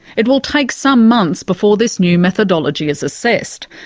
it will take some months before this new methodology is assessed.